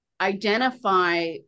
identify